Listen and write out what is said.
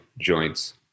joints